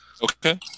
Okay